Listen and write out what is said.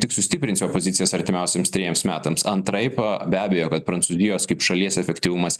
tik sustiprins jo pozicijas artimiausiems trejiems metams antraip a be abejo kad prancūzijos kaip šalies efektyvumas